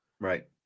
right